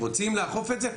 רוצים לאכוף את זה?